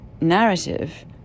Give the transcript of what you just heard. narrative